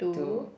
to